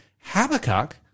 Habakkuk